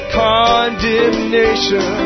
condemnation